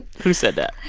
who said that?